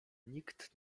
nikt